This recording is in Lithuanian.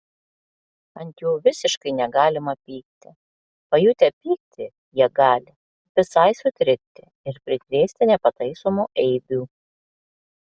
ant jų visiškai negalima pykti pajutę pyktį jie gali visai sutrikti ir prikrėsti nepataisomų eibių